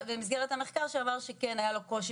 לא אז הייתה פניה אחת במסגרת המחקר שאמר שכן היה לו קושי